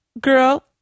girl